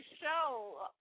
show